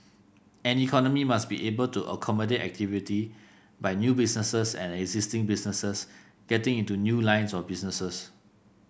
an economy must be able to accommodate activity by new businesses and existing businesses getting into new lines of businesses